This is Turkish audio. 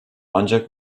ancak